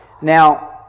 Now